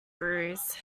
bruise